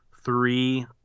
three